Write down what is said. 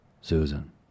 Susan